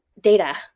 data